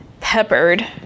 peppered